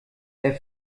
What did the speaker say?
herr